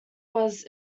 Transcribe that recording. was